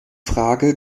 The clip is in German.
frage